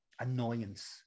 annoyance